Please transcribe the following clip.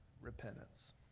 repentance